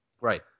Right